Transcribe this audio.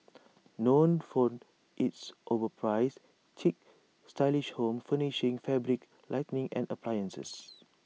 known for its overpriced chic stylish home furnishings fabrics lighting and appliances